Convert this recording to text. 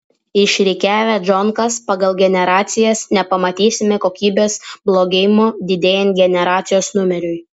išrikiavę džonkas pagal generacijas nepamatysime kokybės blogėjimo didėjant generacijos numeriui